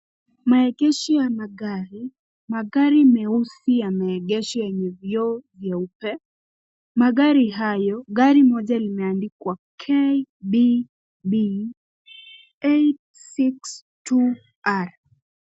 Maegesho ya magari. Magari meusi yameegshwa yenye vioo vyeupe. Magari hayo, gari moja limeandikwa KBB 862R.